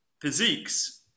physiques